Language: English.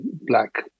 black